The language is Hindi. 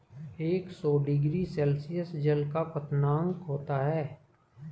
एक सौ डिग्री सेल्सियस जल का क्वथनांक होता है